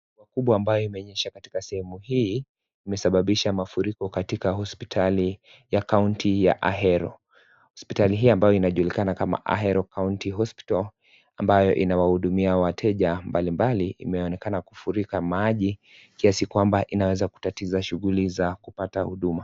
Kubwa ambayo imenyesha katika sehemu hii imesababisha mafuriko katika hospitali ya kaunti ya Ahero. Hospitali hii ambayo inajulikana kama Ahero County Hospital, ambayo inawahudumia wateja mbali imeonekana kufurika maji kiasi kwamba inaweza kutatiza shughuli za kupata huduma.